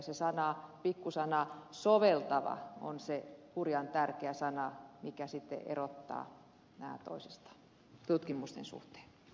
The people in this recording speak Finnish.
se pikku sana soveltava on se hurjan tärkeä sana mikä erottaa nämä toisistaan tutkimusten suhteen